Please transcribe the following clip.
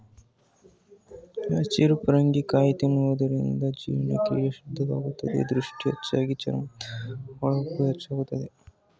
ಹಸಿ ಪರಂಗಿ ಕಾಯಿ ತಿನ್ನುವುದರಿಂದ ಜೀರ್ಣಕ್ರಿಯೆ ಶುದ್ಧಿಯಾಗುತ್ತದೆ, ದೃಷ್ಟಿ ಹೆಚ್ಚಾಗಿ, ಚರ್ಮದ ಹೊಳಪು ಹೆಚ್ಚಾಗುತ್ತದೆ